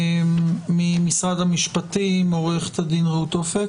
אתנו כאן ממשרד המשפטים רעות אופק.